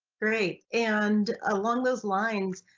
great and along those lines,